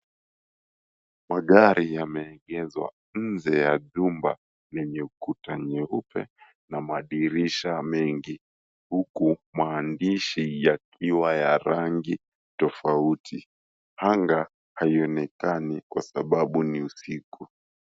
Magari yameegezwa nje ya jumba lenye ukuta nyeupe na madirisha mengi huku maandishi yakiwa ya rangi tofauti. Anga haionekani kwa sababu ni usiku.